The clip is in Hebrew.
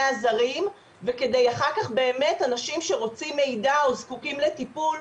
עזרים וכדי אחר כך באמת שאנשים שרוצים מידע או זקוקים לטיפול,